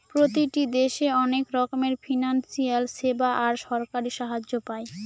প্রতিটি দেশে অনেক রকমের ফিনান্সিয়াল সেবা আর সরকারি সাহায্য পায়